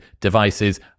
devices